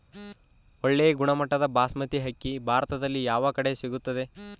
ಒಳ್ಳೆ ಗುಣಮಟ್ಟದ ಬಾಸ್ಮತಿ ಅಕ್ಕಿ ಭಾರತದಲ್ಲಿ ಯಾವ ಕಡೆ ಸಿಗುತ್ತದೆ?